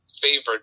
favorite